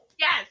yes